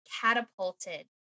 catapulted